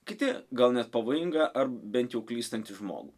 kiti gal net pavojingą ar bent jau klystantį žmogų